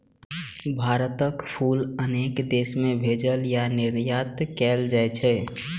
भारतक फूल अनेक देश मे भेजल या निर्यात कैल जाइ छै